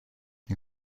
این